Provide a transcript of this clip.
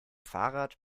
fahrrad